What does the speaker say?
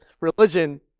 religion